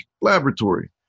Laboratory